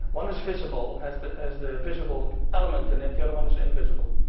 one is visible, has the has the visible element in it, the other one is invisible.